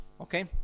okay